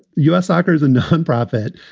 u s. soccer is a nonprofit.